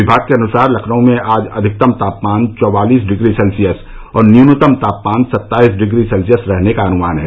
विभाग के अनुसार लखनऊ में आज अधिकतम तापमान चौवालीस डिग्री सेल्सियस और न्यूनतम तापमान सत्ताईस डिग्री सेल्सियस रहने का अनुमान है